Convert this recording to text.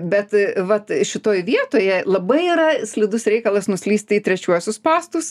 bet vat šitoj vietoje labai yra slidus reikalas nuslyst į trečiuosius spąstus